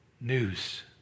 news